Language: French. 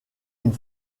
une